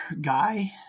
guy